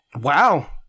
wow